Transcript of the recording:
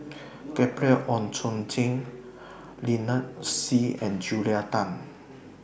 Gabriel Oon Chong Jin Lynnette Seah and Julia Tan